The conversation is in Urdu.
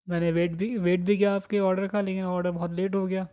میں نے ویٹ بھی ویٹ بھی کیا آپ کے آڈر کا لیکن آڈر بہت لیٹ ہو گیا